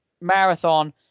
marathon